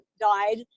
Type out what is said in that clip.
died